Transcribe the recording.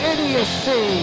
Idiocy